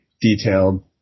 detailed